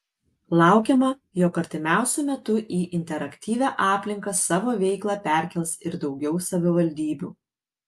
laukiama jog artimiausiu metu į interaktyvią aplinką savo veiklą perkels ir daugiau savivaldybių